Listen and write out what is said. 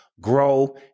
grow